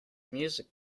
music